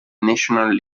national